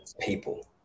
people